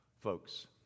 Folks